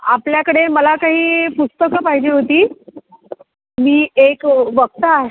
आपल्याकडे मला काही पुस्तकं पाहिजे होती मी एक वक्ता आहे